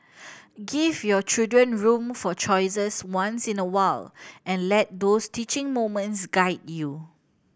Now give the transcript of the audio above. give your children room for choices once in a while and let those teaching moments guide you